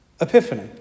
Epiphany